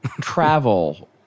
travel